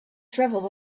traveled